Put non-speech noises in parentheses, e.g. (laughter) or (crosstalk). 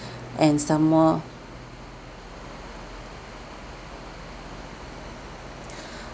and some more (breath)